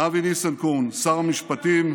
אבי ניסנקורן, שר המשפטים,